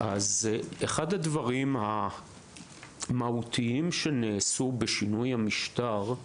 אחד הדברים המהותיים שנעשו בשינוי המשטר הוא